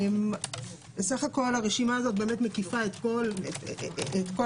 סך הכול הרשימה הזאת מקיפה את כל התחומים,